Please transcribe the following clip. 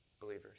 believers